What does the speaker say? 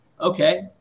Okay